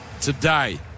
today